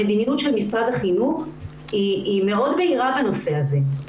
המדיניות של משרד החינוך היא מאוד בהירה בנושא הזה.